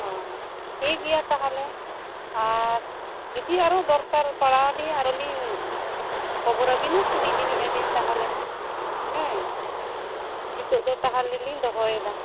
ᱚ ᱴᱷᱤᱠ ᱜᱮᱭᱟ ᱛᱟᱦᱚᱞᱮ ᱟᱨ ᱡᱩᱫᱤ ᱟᱨᱦᱚᱸ ᱫᱚᱨᱠᱟᱨ ᱯᱟᱲᱟᱣ ᱟᱞᱤᱧᱟ ᱟᱨᱦᱚᱸ ᱞᱤᱧ ᱠᱷᱚᱵᱚᱨ ᱟᱵᱤᱱᱟ ᱠᱩᱞᱤ ᱡᱚᱱᱚᱜ ᱟᱞᱤᱧ ᱛᱟᱦᱚᱞᱮ ᱦᱮᱸ ᱱᱤᱛᱚᱜ ᱫᱚ ᱛᱟᱦᱚᱞᱮ ᱞᱤᱧ ᱫᱚᱦᱚᱭᱮᱫᱟ